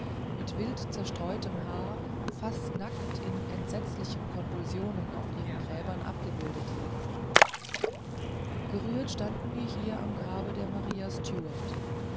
mit wild zerstreutem haare fast nackt in entsetzlichen konvulsionen auf ihren gräbern abgebildet liegen gerührt standen wir hier am grabe der maria stuart